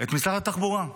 את משרד התחבורה.